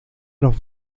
los